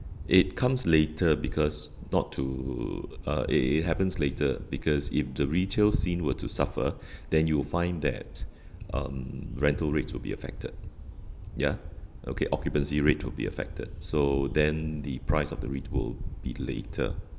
it comes later because not to uh it it it happens later because if the retail scene were to suffer then you'll find that um rental rates will be affected ya okay occupancy rate will be affected so then the price of the REIT will be later